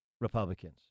Republicans